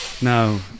No